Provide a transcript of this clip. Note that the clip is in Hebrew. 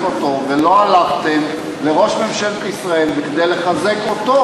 אותו ולא הלכתם לראש ממשלת ישראל כדי לחזק אותו?